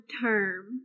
term